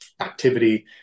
activity